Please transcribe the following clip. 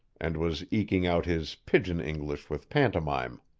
and was eking out his pidgin-english with pantomime.